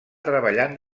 treballant